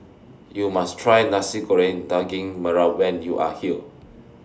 YOU must Try Nasi Goreng Daging Merah when YOU Are here